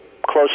close